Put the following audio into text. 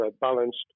balanced